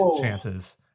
chances